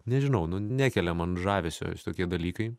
nežinau nu nekelia man žavesio šitokie dalykai